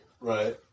right